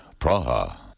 Praha